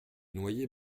noyer